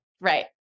Right